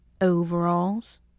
Overalls